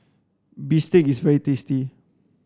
bistake is very tasty